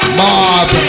mob